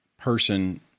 person